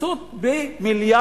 הכנסות של מיליארדים.